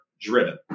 driven